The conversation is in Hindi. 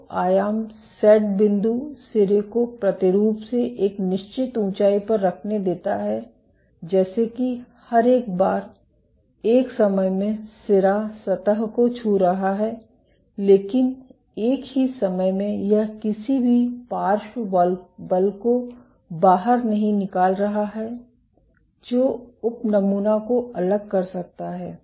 तो आयाम सेट बिंदु सिरे को प्रतिरूप से एक निश्चित ऊंचाई पर रखने देता है जैसे कि हर एक बार एक समय में सिरा सतह को छू रहा है लेकिन एक ही समय में यह किसी भी पार्श्व बल को बाहर नहीं कर रहा है जो उप नमूना को अलग कर सकता है